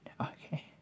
Okay